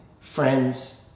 friends